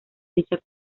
dicha